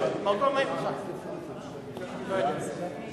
לדוח-גולדסטון על-ידי הקרן החדשה לישראל ועמותות